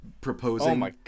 proposing